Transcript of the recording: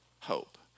hope